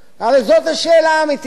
הרי זו השאלה האמיתית,